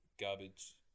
garbage